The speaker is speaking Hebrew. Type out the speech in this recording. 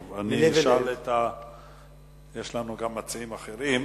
טוב, יש לנו גם מציעים אחרים,